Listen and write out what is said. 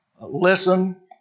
listen